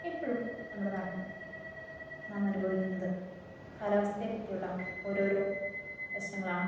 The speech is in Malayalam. എപ്പഴും നമ്മുടെ നാട്ടിൽ നാം അനുഭവിക്കുന്നത് കാലാവസ്ഥയെപ്പറ്റിയുള്ള ഓരോരോ പ്രശ്നങ്ങളാണ്